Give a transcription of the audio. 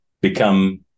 become